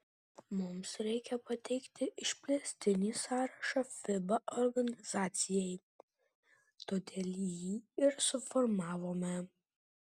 mums reikia pateikti išplėstinį sąrašą fiba organizacijai todėl jį ir suformavome